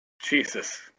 Jesus